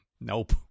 Nope